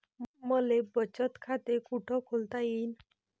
मले बचत खाते कुठ खोलता येईन?